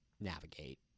navigate